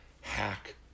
hack